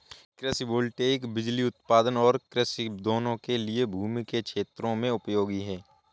कृषि वोल्टेइक बिजली उत्पादन और कृषि दोनों के लिए भूमि के क्षेत्रों में उपयोगी है